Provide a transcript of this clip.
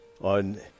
on